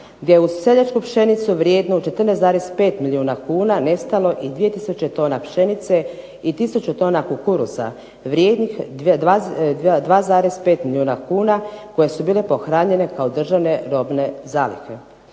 gdje uz seljačku pšenicu vrijednu 14,5 milijuna kuna nestalo i dvije tisuće tona pšenice i tisuću tona kukuruza vrijednih 2,5 milijuna kuna koja su bile pohranjene kao državne robne zalihe.